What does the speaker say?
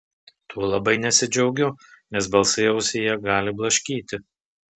tuo labai nesidžiaugiu nes balsai ausyje gali blaškyti